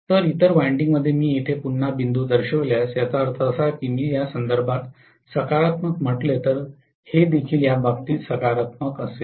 तर इतर वायंडिंग मी येथे पुन्हा बिंदू दर्शविल्यास याचा अर्थ असा की मी यासंदर्भात सकारात्मक म्हटले तर हे देखील या बाबतीत सकारात्मक असेल